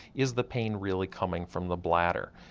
is the pain really coming from the bladder?